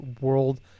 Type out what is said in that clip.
world